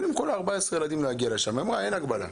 כל 14 הילדים יכולים להגיע לשם והיא גם אמרה שאין הגבלה.